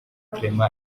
clement